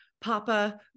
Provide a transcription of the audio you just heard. Papa